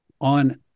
On